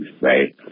right